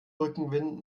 rückenwind